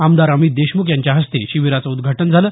आमदार अमित देशमुख यांच्या हस्ते शिबिराचं उद्घाटन झालं